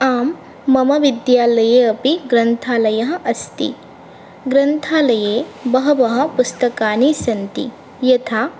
आं मम विद्यालये अपि ग्रन्थालयः अस्ति ग्रन्थालये बहवः पुस्तकानि सन्ति यथा